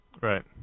Right